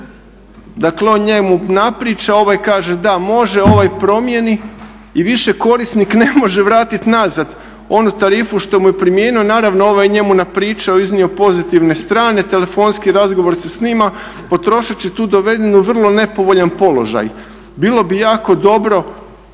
Dakle on njemu napriča, ovaj kaže da može, ovaj promijeni i više korisnik ne može vratiti nazad onu tarifu što mu je primijenio, naravno ovaj je njemu napričao, iznio pozitivne strane, telefonski razgovor se snima, potrošač je tu doveden u vrlo nepovoljan položaj. Bilo bi jako dobro